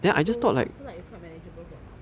I don't know I feel like it's quite manageable for now